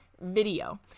video